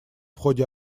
ходе